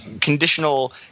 conditional